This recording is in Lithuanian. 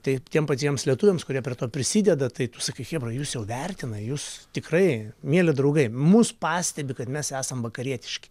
tai tiem patiems lietuviams kurie prie to prisideda tai tu sakai chebra jus jau vertina jus tikrai mieli draugai mus pastebi kad mes esam vakarietiški